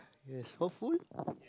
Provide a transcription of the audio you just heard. yes hopeful